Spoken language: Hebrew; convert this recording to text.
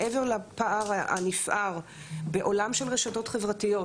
מעבר לפער הנפער בעולם של רשתות חברתיות,